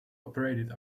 operated